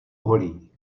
holí